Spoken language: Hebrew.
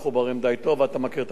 ואתה מכיר את עבודת המשטרה.